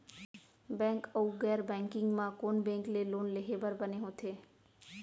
Bank अऊ गैर banking म कोन बैंक ले लोन लेहे बर बने होथे?